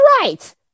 right